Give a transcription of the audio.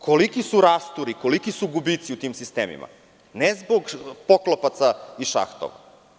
Koliki su rasturi, koliki su gubici u tim sistemima, ne zbog poklopaca iz šahtova.